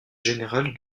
général